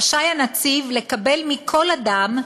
רשאי הנציב לקבל מכל אדם,